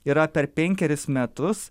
yra per penkerius metus